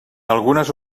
algunes